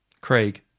Craig